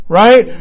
right